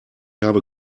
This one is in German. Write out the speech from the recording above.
habe